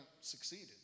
succeeded